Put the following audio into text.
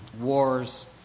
Wars